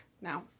Now